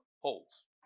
holds